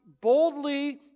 boldly